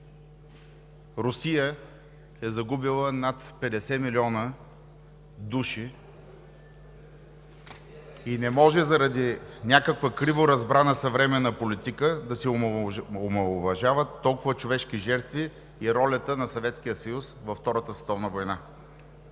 Русия е загубила над 50 милиона души и не може заради някаква криворазбрана съвременна политика да се омаловажават толкова човешки жертви и ролята на Съветския съюз във Втората световна война.